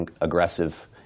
aggressive